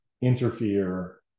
interfere